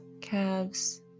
calves